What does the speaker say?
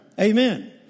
Amen